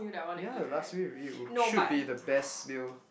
yeah last meal really should be the best meal